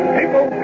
People